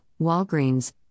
Walgreens